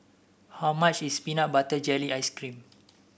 how much is Peanut Butter Jelly Ice cream